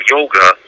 Yoga